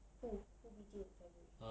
who who B_T_O in february